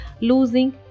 losing